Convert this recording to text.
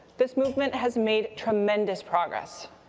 this movement has made tremendous progress,